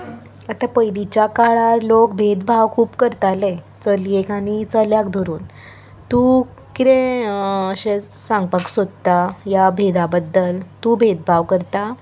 आतां पयलींच्या काळार लोक भेदभाव खूब करताले चलयेक आनी चलयाक धरून तूं कितें अशें सांगपाक सोदता ह्या भेदा बद्दल तूं भेदभाव करता